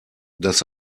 das